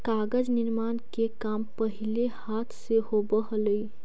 कागज निर्माण के काम पहिले हाथ से होवऽ हलइ